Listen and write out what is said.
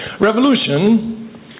Revolution